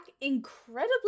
incredibly